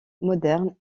moderne